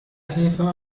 helfer